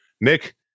nick